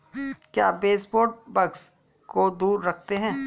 क्या baseboard bugs को दूर रखते हैं?